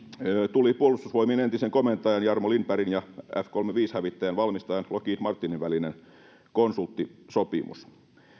tuli puolustusvoimien entisen komentajan jarmo lindbergin ja f kolmekymmentäviisi hävittäjän valmistajan lockheed martinin välinen konsulttisopimus